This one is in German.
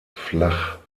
flach